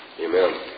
Amen